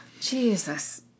Jesus